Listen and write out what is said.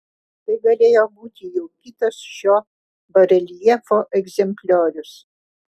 tai galėjo būti jau kitas šio bareljefo egzempliorius